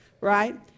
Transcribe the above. right